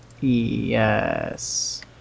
yes